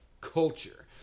culture